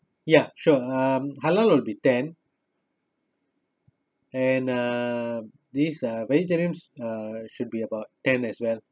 ya sure um halal will be ten and uh this uh vegetarian uh should be about ten as well